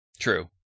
True